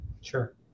Sure